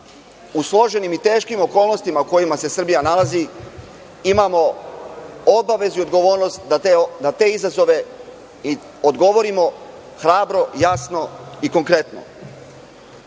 u složenim i teškim okolnostima u kojima se Srbija nalazi imamo obavezu i odgovornost da na te izazove odgovorimo hrabro, jasno i konkretno. Ovaj